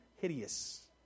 hideous